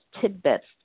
tidbits